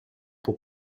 pour